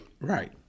Right